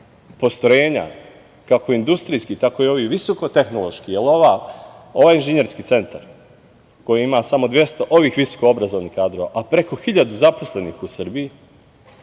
postrojenja, kako industrijskih tako i ovi visokotehnološki, ili ovaj inženjerski centar koji ima samo 200 ovih visokoobrazovnih kadrova a preko hiljadu zaposlenih u Srbiji,